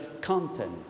content